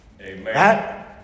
Amen